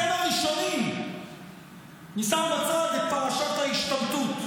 אני שם בצד את פרשת ההשתמטות,